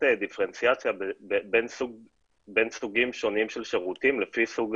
דיפרנציאציה בין סוגים שונים של שירותים לפי סוג